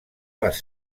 les